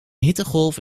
hittegolf